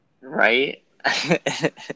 Right